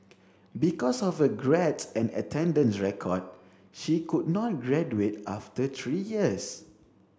because of her grades and attendance record she could not graduate after three years